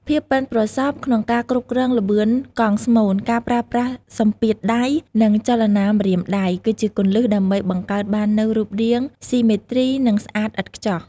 ភាពប៉ិនប្រសប់ក្នុងការគ្រប់គ្រងល្បឿនកង់ស្មូន ការប្រើប្រាស់សម្ពាធដៃ និងចលនាម្រាមដៃ គឺជាគន្លឹះដើម្បីបង្កើតបាននូវរូបរាងស៊ីមេទ្រី និងស្អាតឥតខ្ចោះ។